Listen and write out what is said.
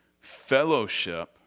fellowship